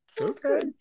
okay